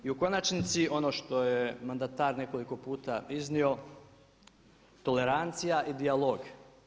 I u konačnici ono što je mandatar nekoliko puta iznio tolerancija i dijalog.